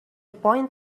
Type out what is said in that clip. point